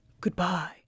Goodbye